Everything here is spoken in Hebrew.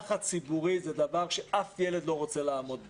לחץ ציבורי זה דבר שאף ילד לא רוצה לעמוד בו.